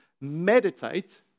meditate